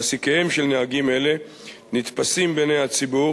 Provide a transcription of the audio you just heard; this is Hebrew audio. מעסיקיהם של נהגים אלה נתפסים בעיני הציבור